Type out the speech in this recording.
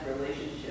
relationship